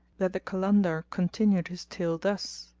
that the kalandar continued his tale thus